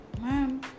Ma'am